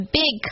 big